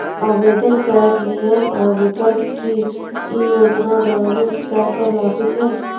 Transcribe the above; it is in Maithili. आवेदन करैक नियम आ विकल्प? की ई योजना ग्रामीण स्तर पर लागू छै?